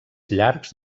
llargs